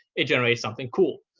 it generates something cool.